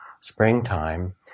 springtime